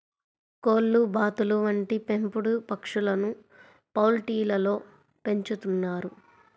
కోళ్లు, బాతులు వంటి పెంపుడు పక్షులను పౌల్ట్రీలలో పెంచుతున్నారు